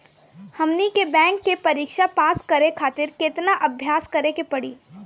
हमनी के बैंक के परीक्षा पास करे खातिर केतना अभ्यास करे के पड़ी?